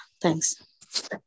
Thanks